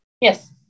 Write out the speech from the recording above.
Yes